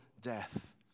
death